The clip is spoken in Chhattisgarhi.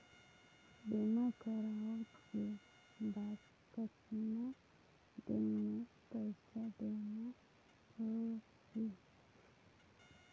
बीमा करवाओ के बाद कतना दिन मे पइसा देना हो ही?